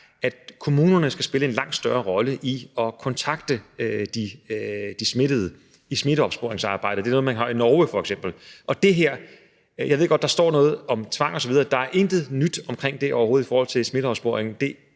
at kommunerne skal spille en langt større rolle i at kontakte de smittede i smitteopsporingsarbejdet. Det er noget, man gør i Norge f.eks. Jeg ved godt, at der står noget om tvang osv., men der er intet nyt omkring det overhovedet i forhold til smitteopsporingen.